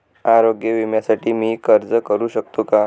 आरोग्य विम्यासाठी मी अर्ज करु शकतो का?